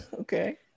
Okay